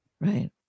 Right